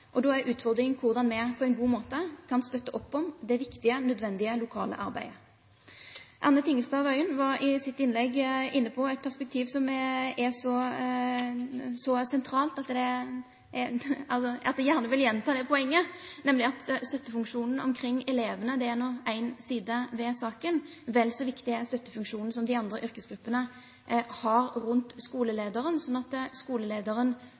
Da er utfordringen hvordan vi på en god måte kan støtte opp om det viktige, nødvendige lokale arbeidet. Anne Tingelstad Wøien var i sitt innlegg inne på et perspektiv som er så sentralt at jeg gjerne vil gjenta det poenget, nemlig at støttefunksjonen omkring eleven er én side av saken. Vel så viktig er støttefunksjonen de andre yrkesgruppene har rundt skolelederen, sånn at skolelederen